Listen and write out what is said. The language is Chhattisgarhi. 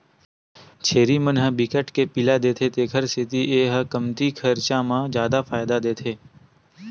छेरी मन बिकट के पिला देथे तेखर सेती ए ह कमती खरचा म जादा फायदा देथे